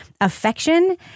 affection